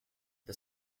the